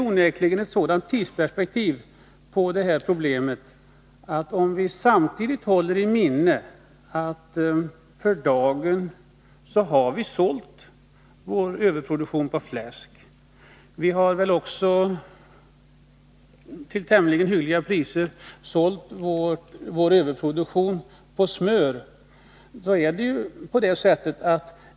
Vi bör samtidigt hålla i minnet att vi för dagen har sålt vår överproduktion på fläsk, och vi har väl också sålt vår överproduktion på smör till tämligen hyggliga priser.